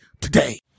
today